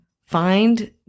find